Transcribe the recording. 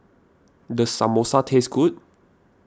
does Samosa taste good